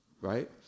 right